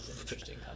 Interesting